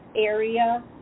area